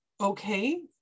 okay